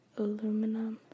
aluminum